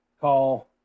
call